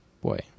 boy